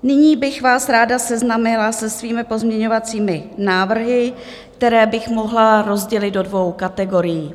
Nyní bych vás ráda seznámila se svými pozměňovacími návrhy, které bych mohla rozdělit do dvou kategorií.